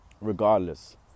regardless